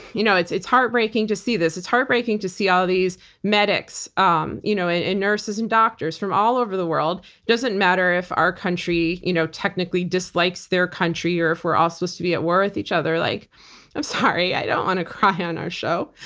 you know it's it's heartbreaking to see this, it's heartbreaking to see all these medics um you know and nurses and doctors from all over the world. doesn't matter if our country you know technically dislikes their country, or if we're all supposed to be at war with each other. like i'm sorry, i don't want to cry on our show.